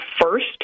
first